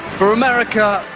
for america,